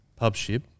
pubship